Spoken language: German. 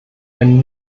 ein